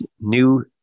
new